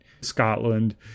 Scotland